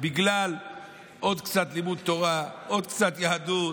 בגלל עוד קצת לימוד תורה, עוד קצת יהדות,